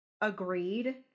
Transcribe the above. agreed